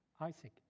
Isaac